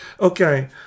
Okay